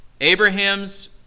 Abraham's